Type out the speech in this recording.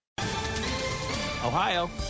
Ohio